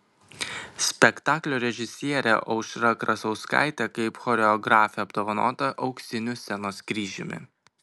spektaklio režisierė aušra krasauskaitė kaip choreografė apdovanota auksiniu scenos kryžiumi